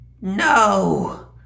No